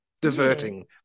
Diverting